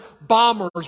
bombers